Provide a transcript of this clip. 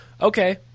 okay